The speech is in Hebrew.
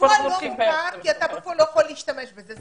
בפועל זה לא מוכר כי אתה בחוץ לארץ לא יכול להשתמש בזה.